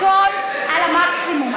הכול על המקסימום.